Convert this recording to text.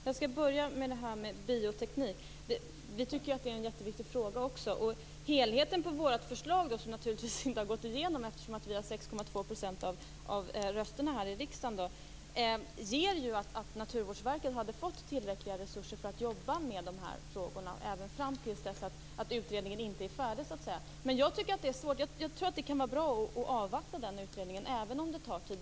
Fru talman! Jag skall börja med bioteknik. Vi tycker att det är en jätteviktig fråga. Helheten i vårt förslag, som naturligtvis inte gått igenom eftersom vi bara har 6,2 % av rösterna i riksdagen, gör att Naturvårdsverket hade fått tillräckliga resurser för att arbeta med de här frågorna fram till dess utredningen blir färdig. Jag tror att det kan vara bra att avvakta den utredningen, även om det tar tid.